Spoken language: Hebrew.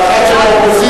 ואחת של האופוזיציה,